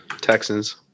Texans